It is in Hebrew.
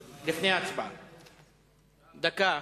דקה.